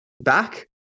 back